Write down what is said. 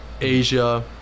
Asia